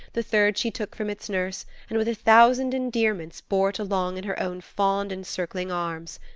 the third she took from its nurse and with a thousand endearments bore it along in her own fond, encircling arms.